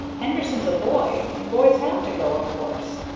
henderson's a boy, and boys have to go, of course.